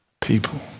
people